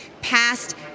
passed